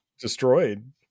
destroyed